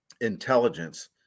intelligence